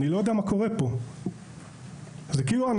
אני לא יודע מה קורה פה.